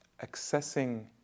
accessing